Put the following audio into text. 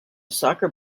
soccer